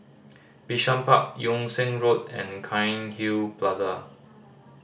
Bishan Park Yung Sheng Road and Cairnhill Plaza